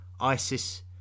Isis